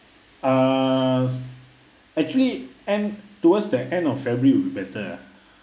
uh actually end towards the end of february will be better uh